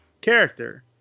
character